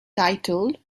titled